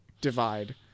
divide